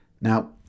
now